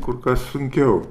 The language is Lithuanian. kur kas sunkiau